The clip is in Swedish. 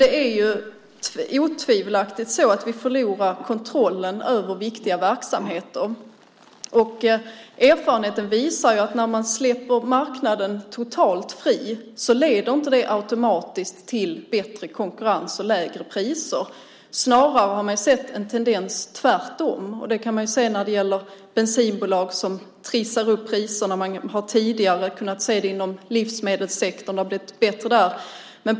Det är otvivelaktigt så att vi förlorar kontrollen över viktiga verksamheter. Erfarenheten visar att när man släpper marknaden totalt fri leder det inte automatiskt till bättre konkurrens och lägre priser; man har snarare sett en motsatt tendens. Det kan man se när det gäller bensinbolag som trissar upp priserna. Tidigare har man kunnat se det inom livsmedelssektorn, men där har det blivit bättre.